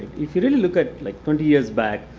if you really look ah like twenty years back,